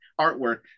artwork